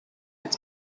its